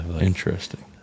interesting